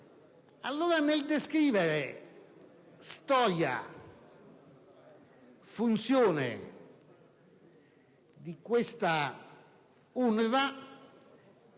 esteri. Nel descrivere storia e funzione di questa UNRWA,